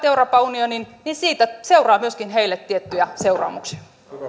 euroopan unionin siitä myöskin seuraa heille tiettyjä seuraamuksia